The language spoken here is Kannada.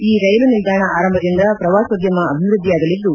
ಈ ರ್ನೆಲು ನಿಲ್ದಾಣ ಆರಂಭದಿಂದ ಪ್ರವಾಸೋದ್ಧಮ ಅಭಿವೃದ್ದಿಯಾಗಲಿದ್ದು